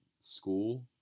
school